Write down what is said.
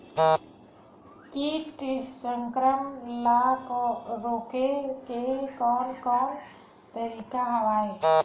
कीट संक्रमण ल रोके के कोन कोन तरीका हवय?